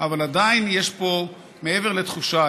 אבל עדיין יש פה מעבר לתחושה,